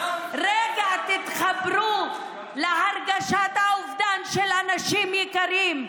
רגע תתחברו להרגשת האובדן של אנשים יקרים.